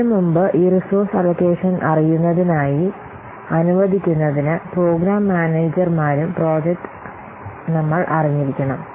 ഇതിനുമുമ്പ് ഈ resource allocation അറിയുന്നതിനായിപ്രോഗ്രാം മാനേജർമാരും പ്രോജക്ട് മാനേജർമാരും തമ്മിൽ ഉള്ള വ്യത്യാസം നമ്മൾ അറിഞ്ഞിരിക്കണം